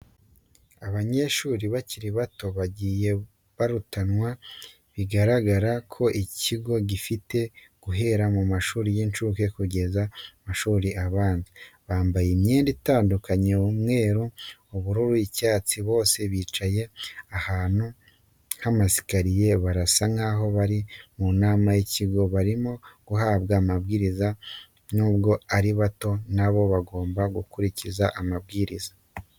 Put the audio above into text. Abanyeshuri bakiri bato bagiye barutanwa, bigaragara ko iki kigo gifite guhera mu mashuri y'incuke kugeza ku mashuri abanza, bambaye imyenda itandukanye, umweru, ubururu n'icyatsi, bose bicaye ahantu ku ma esikariye, barasa nkaho bari mu nama y'ikigo, barimo guhabwa amabwiriza n'ubwo ari bato na bo bagomba gukurikiza amabwiriza.